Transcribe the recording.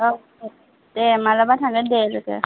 औ औ दे मालाबा थांगोन दे लोगो